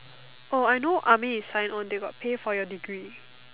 oh I know army if sign on they got pay for your degree